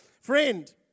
Friend